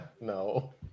No